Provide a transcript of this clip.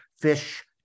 fish